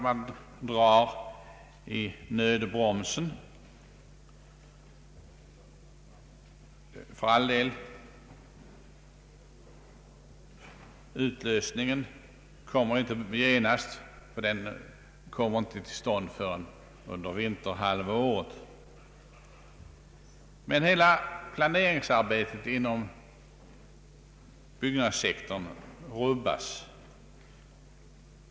Man drar i nödbromsen, men utlösningen kommer inte genast utan först under vinterhalvåret. Men hela planeringsarbetet inom byggnadssektorn rubbas.